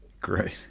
great